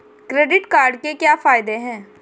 Credit card के क्या फायदे हैं?